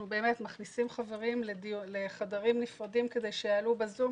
אנחנו מכניסים חברים לחדרים נפרדים כדי שיעלו ב"זום",